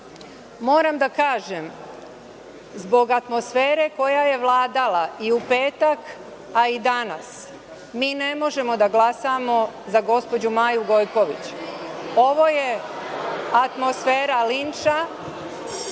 da kažem, zbog atmosfere koja je vladala i u petak, a i danas, mi ne možemo da glasamo za gospođu Maju Gojković. Ovo je atmosfera linča,